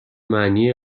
معنی